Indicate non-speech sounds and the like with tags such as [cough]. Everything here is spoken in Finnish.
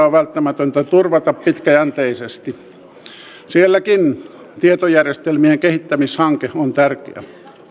[unintelligible] on välttämätöntä turvata pitkäjänteisesti sielläkin tietojärjestelmien kehittämishanke on tärkeä